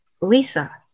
Lisa